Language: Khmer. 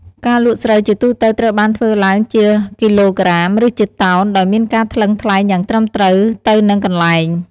ការលក់ស្រូវជាទូទៅត្រូវបានធ្វើឡើងជាគីឡូក្រាម ឬជាតោន ដោយមានការថ្លឹងថ្លែងយ៉ាងត្រឹមត្រូវនៅនឹងកន្លែង។